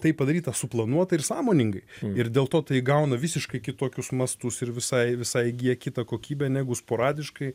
tai padaryta suplanuotai ir sąmoningai ir dėl to tai įgauna visiškai kitokius mastus ir visai visai įgyja kitą kokybę negu sporadiškai